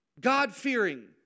god-fearing